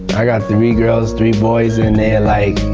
i got three girls three boys and they're like,